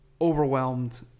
overwhelmed